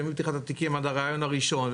ומפתיחת התיקם עד הריאיון הראשון,